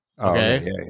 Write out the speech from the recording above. Okay